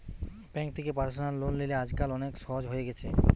bank থেকে personal loan লিলে আজকাল অনেক সহজ হয়ে গেছে